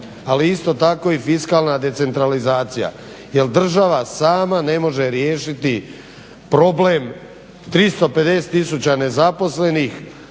ali isto tako i fiskalna decentralizacija. Jer država sama ne može riješiti problem 350 tisuća nezaposlenih,